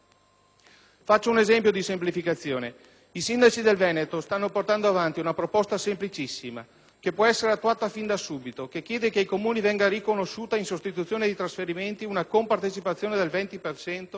Faccio un esempio di semplificazione: i sindaci del Veneto stanno portando avanti una proposta semplicissima, che può essere attuata fin da subito, che chiede che ai Comuni venga riconosciuta, in sostituzione dei trasferimenti, una compartecipazione del 20